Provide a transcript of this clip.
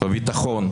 בביטחון,